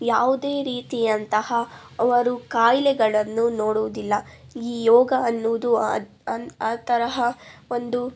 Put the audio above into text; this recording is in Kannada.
ಯಾವುದೇ ರೀತಿಯಂತಹ ಅವರು ಖಾಯಿಲೆಗಳನ್ನು ನೋಡುವುದಿಲ್ಲ ಈ ಯೋಗ ಅನ್ನುವುದು ಅದು ಒಂದು ಆ ತರಹ ಒಂದು